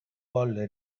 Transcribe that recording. volle